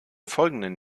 folgenden